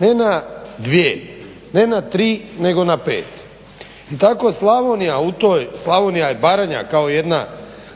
ne na dvije, ne na tri nego na pet. I tako Slavonija i Baranja kao jedna